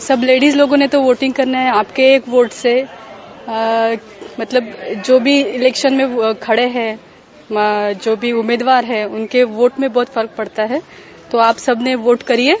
सब ladies लोगो ने तो वोटिंग करना है आपके एक वोट सेए मतलब जो भी इलेक्शन मे खडे हैए जो भी उमेदवार हैए उनके वोट मे बहत फरक पडता हैए तो आप सबने वोट करीये